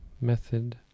method